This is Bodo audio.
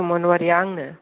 सुमन अवारीआ आंनो